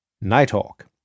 Nighthawk